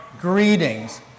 Greetings